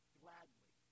gladly